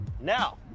now